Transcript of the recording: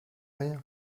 rien